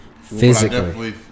Physically